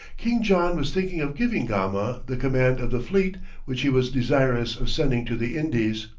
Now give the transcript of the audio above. king john was thinking of giving gama the command of the fleet which he was desirous of sending to the indies.